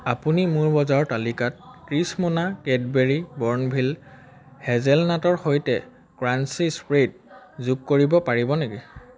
আপুনি মোৰ বজাৰৰ তালিকাত ত্ৰিশ মোনা কেটবেৰী বৰ্ণভিল হেজেলনাটৰ সৈতে ক্ৰাঞ্চি স্প্ৰেড যোগ কৰিব পাৰিব নেকি